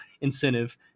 incentive